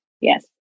Yes